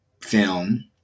film